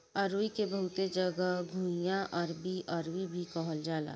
अरुई के बहुते जगह घुइयां, अरबी, अरवी भी कहल जाला